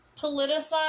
politicize